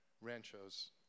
Ranchos